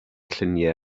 lluniau